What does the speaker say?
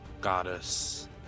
goddess